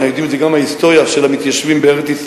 אנחנו יודעים את זה גם מההיסטוריה של המתיישבים בארץ-ישראל,